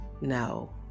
no